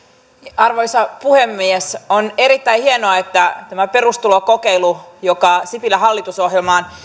arvoisa puhemies on erittäin hienoa että tämä perustulokokeilu joka sipilän hallitusohjelmaan